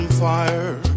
fire